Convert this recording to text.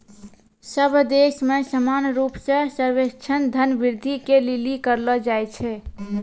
सब देश मे समान रूप से सर्वेक्षण धन वृद्धि के लिली करलो जाय छै